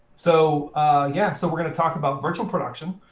so yeah so we're going to talk about virtual production